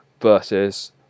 versus